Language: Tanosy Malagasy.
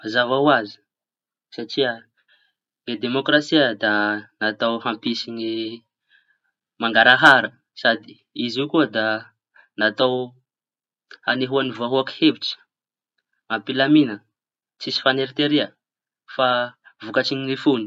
Mazava ho azy satria ny demôkrasia da atao mampisy ny mangarahara. Sady izy io koa da natao hanehoan'ny vahoaky hevitsy ampilamiña tsisy fañeriterea fa vokatsy ny fony.